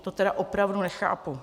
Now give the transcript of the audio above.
To tedy opravdu nechápu.